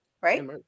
right